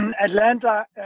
atlanta